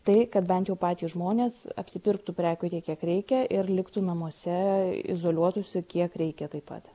tai kad bent jau patys žmonės apsipirktų prekių tiek kiek reikia ir liktų namuose izoliuotųsi kiek reikia taip pat